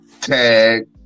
tag